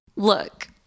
Look